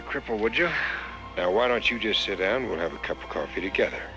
a cripple would you now why don't you just sit and we'll have a cup of coffee together